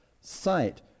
sight